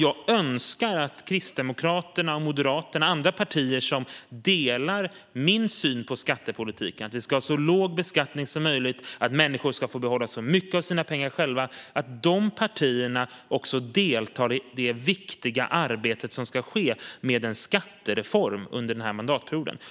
Jag önskar att Kristdemokraterna, Moderaterna och andra partier som delar min syn på skattepolitik - att vi ska ha så låg beskattning som möjligt och att människor ska få behålla mycket av sina pengar själva - deltar i det viktiga arbete med en skattereform som ska ske under denna mandatperiod.